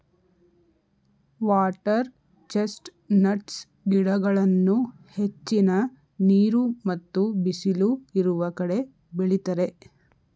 water chest nuts ಗಿಡಗಳನ್ನು ಹೆಚ್ಚಿನ ನೀರು ಮತ್ತು ಬಿಸಿಲು ಇರುವ ಕಡೆ ಬೆಳಿತರೆ